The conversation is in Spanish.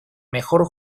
mejor